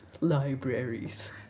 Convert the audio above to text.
libraries